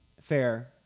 Fair